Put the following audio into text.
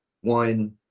one